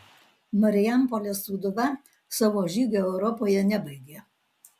marijampolės sūduva savo žygio europoje nebaigė